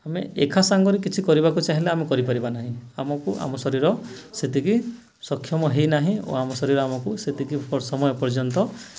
ଆମେ ଏକା ସାଙ୍ଗରେ କିଛି କରିବାକୁ ଚାହିଁଲେ ଆମେ କରିପାରିବା ନାହିଁ ଆମକୁ ଆମ ଶରୀର ସେତିକି ସକ୍ଷମ ହୋଇନାହିଁ ଓ ଆମ ଶରୀର ଆମକୁ ସେତିକି ସମୟ ପର୍ଯ୍ୟନ୍ତ